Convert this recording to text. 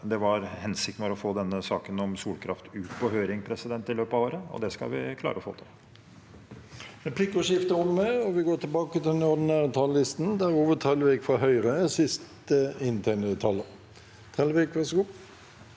hensikten var å få denne saken om solkraft ut på høring i løpet av året, og det skal vi klare å få til.